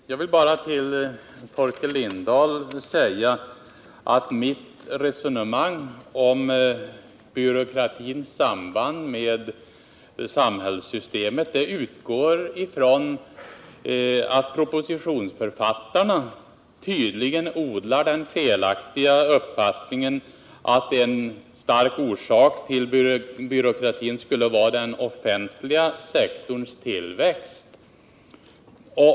Herr talman! Jag vill bara till Torkel Lindahl säga att mitt resonemang om byråkratins samband med samhällssystemet vtgår från att propositionsförfattarna tydligen odlar den felaktiga uppfattningen att en stark orsak till byråkrati skulle vara den offentliga sektorns tillväxt.